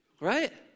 Right